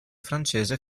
francese